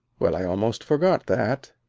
well, i almost forgot that.